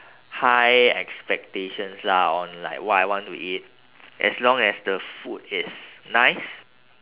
high expectations lah on like what I want to eat as long as the food is nice